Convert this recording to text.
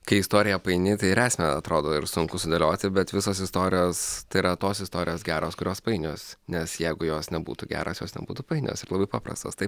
kai istorija paini tai ir esmę atrodo ir sunku sudėlioti bet visos istorijos tai yra tos istorijos geros kurios painios nes jeigu jos nebūtų geros jos nebūtų painios ir labai paprastos taip